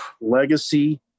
legacy